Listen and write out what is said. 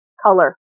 Color